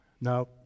Now